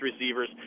receivers